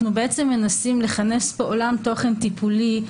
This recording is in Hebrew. אנחנו מנסים לכנס כאן עולם תוכן טיפולי,